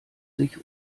sich